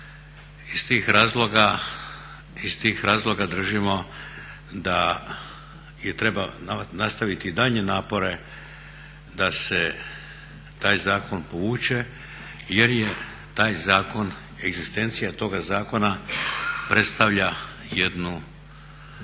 Iz tih razloga držimo da treba nastaviti daljnje napore da se taj zakon povuče, jer je egzistencija toga zakona predstavlja jednu